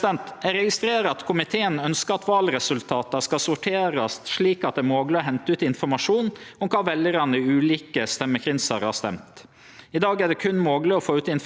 I dag er det berre mogleg å få ut informasjon om kva veljarane i dei ulike vallokala har stemt. Spørsmålet har vore diskutert før, både av vallovutvalet og i proposisjonen regjeringa har lagt fram.